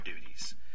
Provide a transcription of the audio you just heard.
duties